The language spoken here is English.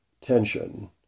tension